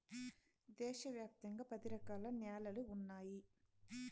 దేశ వ్యాప్తంగా పది రకాల న్యాలలు ఉన్నాయి